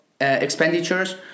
expenditures